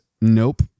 nope